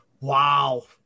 wow